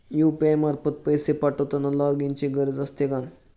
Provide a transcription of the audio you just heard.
UPI मार्फत पैसे पाठवताना लॉगइनची गरज असते का?